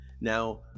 Now